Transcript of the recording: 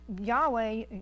Yahweh